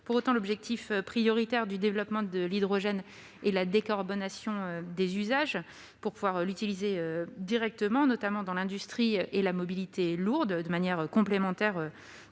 Pour autant, l'objectif prioritaire du développement de l'hydrogène est la décarbonation des usages afin de pouvoir l'utiliser directement, notamment dans l'industrie et la mobilité lourde, de manière complémentaire